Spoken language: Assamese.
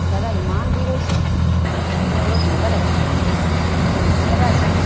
দাদা ইমান ভিৰ হৈছে মোৰ অলপ সোনকাল আছিল অলপ মিটিং এটা আছিল